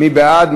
מי בעד?